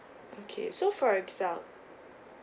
okay so for example